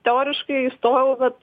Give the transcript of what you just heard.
teoriškai įstojau bet